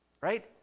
Right